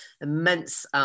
immense